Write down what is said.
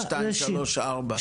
1, 2, 3, 4?